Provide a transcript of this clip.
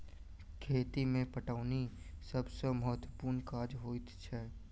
खेती मे पटौनी सभ सॅ महत्त्वपूर्ण काज होइत छै